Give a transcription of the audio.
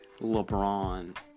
LeBron